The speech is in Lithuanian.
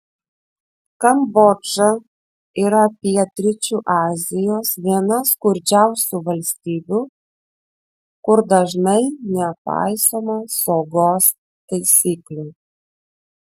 kambodža yra pietryčių azijos viena skurdžiausių valstybių kur dažnai nepaisoma saugos taisyklių